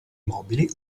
mobili